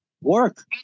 work